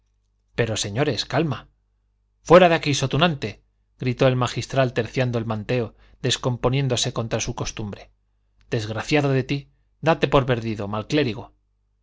pero señores calma fuera de aquí so tunante gritó el magistral terciando el manteo descomponiéndose contra su costumbre desgraciado de ti date por perdido mal clérigo